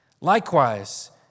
Likewise